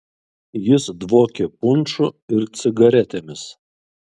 jis dvokė punšu ir cigaretėmis